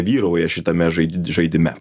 vyrauja šitame žaidi žaidime